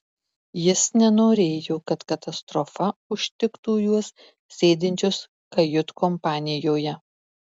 jis nenorėjo kad katastrofa užtiktų juos sėdinčius kajutkompanijoje